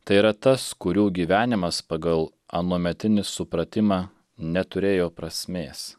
tai yra tas kurių gyvenimas pagal anuometinį supratimą neturėjo prasmės